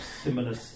similar